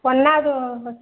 ஒன்றாவது இது